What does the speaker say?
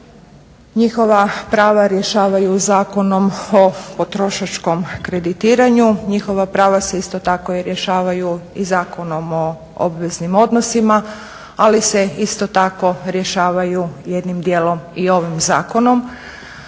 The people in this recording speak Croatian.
njihova prava rješavaju Zakonom o potrošačkom kreditiranju. Njihova prava se isto tako i rješavaju i Zakonom o obveznim odnosima, ali se isto tako rješavaju jednim dijelom i ovim zakonom.